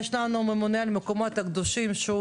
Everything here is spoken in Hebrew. יש לנו ממונה על המקומות הקדושים,